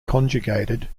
conjugated